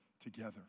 together